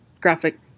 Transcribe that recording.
graphic